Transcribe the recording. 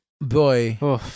boy